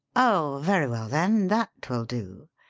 oh, very well, then, that will do.